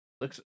looks